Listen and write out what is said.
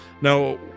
Now